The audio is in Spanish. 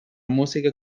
música